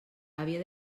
havia